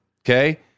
okay